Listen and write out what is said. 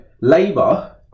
Labour